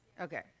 Okay